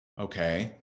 okay